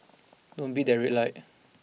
don't beat that red light